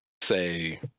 say